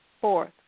Fourth